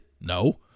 No